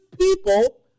people